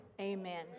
amen